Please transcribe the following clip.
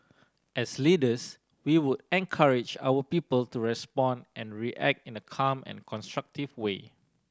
as leaders we would encourage our people to respond and react in a calm and constructive way